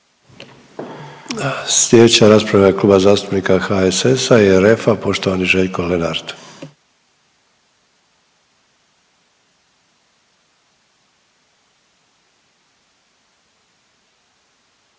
Sljedeća rasprava je Kluba zastupnika HSS-a i RF-a poštovani Željko Lenart.